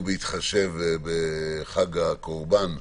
ובהתחשב בחג הקורבן,